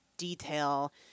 detail